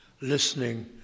listening